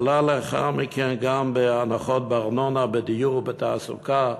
לאחר מכן גם בהנחות בארנונה, בדיור ובתעסוקה,